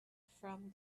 from